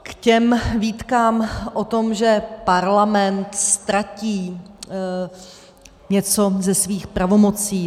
K výtkám o tom, že Parlament ztratí něco ze svých pravomocí.